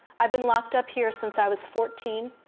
i've been locked up here since i was fourteen.